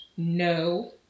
No